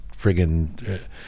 friggin